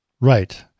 Right